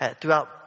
throughout